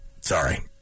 Sorry